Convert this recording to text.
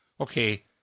Okay